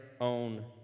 own